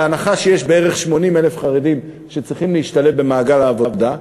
בהנחה שיש בערך 80,000 חרדים שצריכים להשתלב במעגל העבודה,